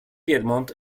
piedmont